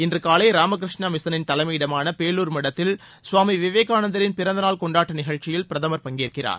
இன்று காலை ராமகிருஷ்ணா மிஷனின் தலைமையிடமான பேலூர் மடத்தில் சுவாமி விவேகானந்தரின் பிறந்த நாள் கொண்டாட்ட நிகழ்ச்சியில் பிரதமர் பங்கேற்கிறார்